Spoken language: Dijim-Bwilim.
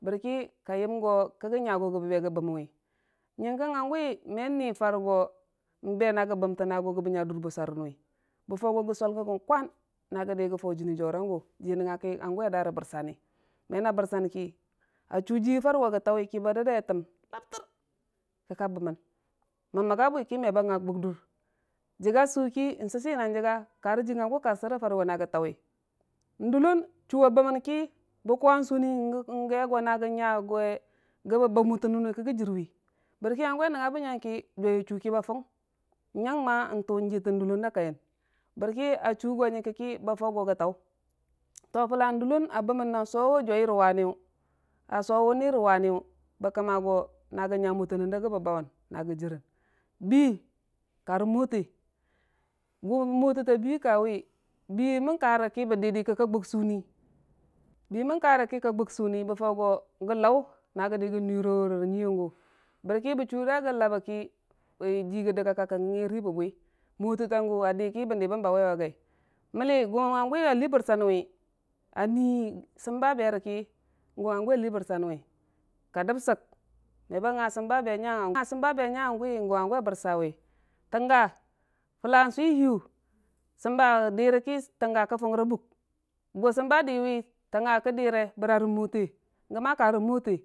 Bɨrki ka yəm go, kəgə nya gu gə bəgi bəmmənwi, yənki hanguwi me nii fare go, n'be nagə bəmta na gu gəbə nya dur busor ənwi, bə Fau go gə sol gəggə kwan na gədil gə Fau jəni jauri yagu jiiya nəngnga ki hangu a daa rə bɨrbani, mena bərbanki, achu jii fare go gə tauwiki, kəba dəddai a ɨəm rabɨər, kəka bəmmən, mən məgga bwiki me ba nga a gʊgdʊr, jiga sauki, n'sɨsi na jiga karə jii hangu karsɨre go nagə tauwi, n'dəllon chu a bəmmənki, bə kʊwa suuni gə gyə go na gə nya gwa gə bə bau maɨɨwi, kəggə jirwi bɨrki hangu a nəngnga bə nyang ki jai a chu kəba fung nyang tuu gəɨɨn dəllon da kaiyin bərki a chu go yənggəki ba fau go nagə tau to a Fula dəllona bəmmən na sowe, jwai rə waniyu, a sowe nii rə waniyu, bə kəmma go nogə nyamutinən digəbə bauwun na gə jirən, bii karə mwote gu mwotəta bii kawi bii mən kare ihi bə diidii, kəka gug suni, bii mən kare ki kə gʊg suni bə Faugo rə Lau, na gə dii gə nuirowe rə nyuiya, ga bərki bə chʊ da gə labbek jii gə dəgnga kangka gəyəngn a riibə bwi, mwotətagu a dii ki bən dii bən bauwe wa gai, mənn a gwa hangu a liibɨrsanwi, a nui səmba berəki, a gwa hangu a Lii bɨrsanwi, ka dəb səg me ba nga səmba abe nya hange me ba nga səmba abe nya hange me ba nga səmba abe nya agu hangu hiyu səmba diirəki, tənggo kə fungre a bʊk, gu səmba dii ri təngga kə diire bəra mwote.